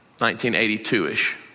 1982-ish